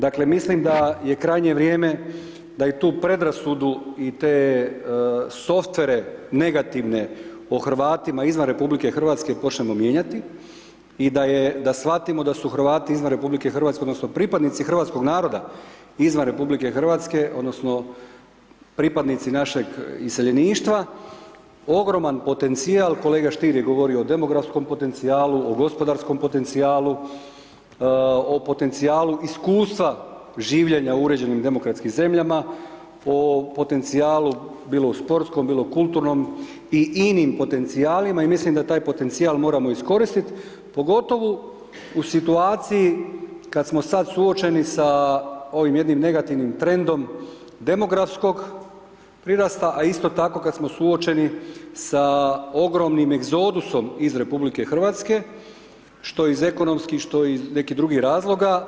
Dakle mislim da je krajnje vrijeme da i tu predrasudu i te software negativne o Hrvatima izvan RH počnemo mijenjati i da shvatimo da su Hrvati izvan RH, odnosno pripadnici hrvatskog naroda izvan RH, odnosno pripadnici našeg iseljeništva ogroman potencijal, kolega Stier je govorio o demografskom potencijalu, o gospodarskom potencijalu, o potencijalu iskustva življenja u uređenim demokratskim zemljama, o potencijalu bilo u sportskom, bilo u kulturnom i inim potencijalima i mislim da taj potencijal moramo iskoristiti pogotovo u situaciji kada smo sad suočeni sa ovim jednim negativnim trendom demografskog prirasta a isto tako kada smo suočeni sa ogromnim egzodusom iz RH što iz ekonomskih, što iz nekih drugih razloga.